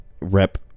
rep